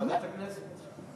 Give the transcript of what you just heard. ועדת הכנסת.